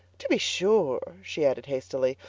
to be sure, she added hastily,